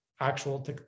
actual